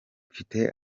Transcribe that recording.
mfite